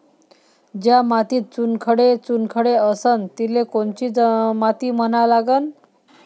ज्या मातीत चुनखडे चुनखडे असन तिले कोनची माती म्हना लागन?